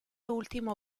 último